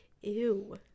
Ew